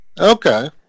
Okay